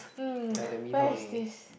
mm where is this